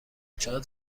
شاید